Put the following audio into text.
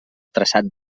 traçat